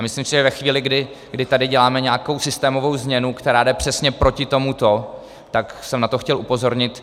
Myslím si, že ve chvíli, kdy tady děláme nějakou systémovou změnu, která jde přesně proti tomuto, tak jsem na to chtěl upozornit.